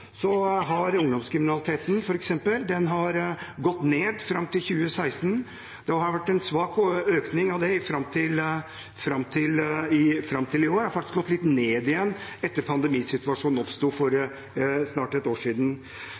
har f.eks. ungdomskriminaliteten gått ned fram til 2016. Det har vært en svak økning i den fram til i år, men den har faktisk gått litt ned igjen etter at pandemisituasjonen oppsto for snart ett år siden.